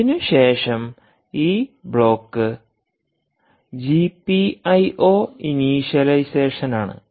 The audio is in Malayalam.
അതിനുശേഷം ഈ ബ്ലോക്ക് ഈ ബ്ലോക്ക് ജിപിഐഒ ഇനീഷ്യലൈസേഷനാണ്